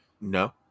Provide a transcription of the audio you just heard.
No